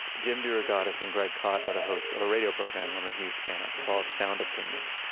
jim derogatis and greg kot are the hosts of a radio program i'm a huge fan of called sound opinions.